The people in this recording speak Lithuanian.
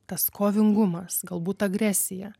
tas kovingumas galbūt agresija